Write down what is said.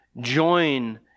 join